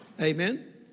Amen